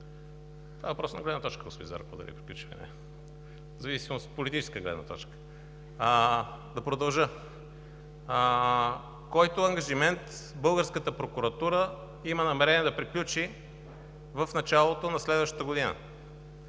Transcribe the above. Това е въпрос на гледна точка, господин Зарков – дали е приключил, или не, в зависимост от политическата гледна точка. Да продължа: …който ангажимент българската прокуратура има намерение да приключи в началото на следващата година.